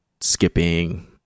skipping